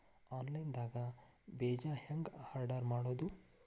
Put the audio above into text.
Online ದಾಗ ಬೇಜಾ ಹೆಂಗ್ ಆರ್ಡರ್ ಮಾಡೋದು?